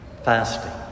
Fasting